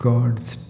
God's